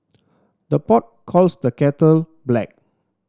the pot calls the kettle black